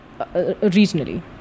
regionally